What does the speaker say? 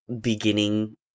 beginning